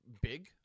big